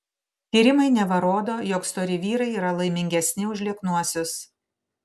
tyrimai neva rodo jog stori vyrai yra laimingesni už lieknuosius